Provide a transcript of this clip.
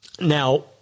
Now